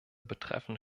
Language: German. betreffen